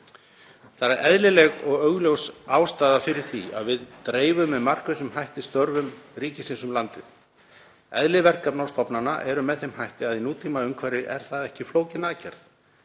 Það er eðlileg og augljós ástæða fyrir því að við dreifum með markvissum hætti störfum ríkisins um landið. Eðli verkefna og stofnana er með þeim hætti að í nútímaumhverfi er það ekki flókin aðgerð.